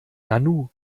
nanu